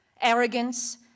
arrogance